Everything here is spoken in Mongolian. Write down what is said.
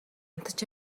унтаж